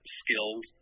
skills